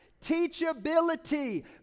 Teachability